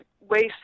waste